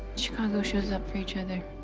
chicago shows up for each other.